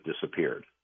disappeared